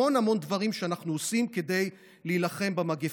המון דברים שאנחנו עושים כדי להילחם במגפה,